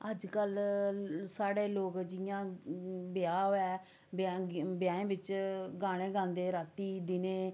अजकल्ल साढ़े लोक जि'यां ब्याह् होऐ ब्याह् ब्याहें बिच्च गाने गांदे रातीं दिनै